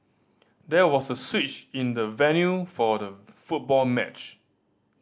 there was a switch in the venue for the football match